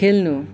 खेल्नु